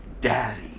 Daddy